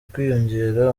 kwiyongera